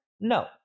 No